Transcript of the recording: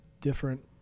different